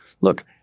look